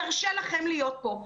נרשה לכם להיות פה,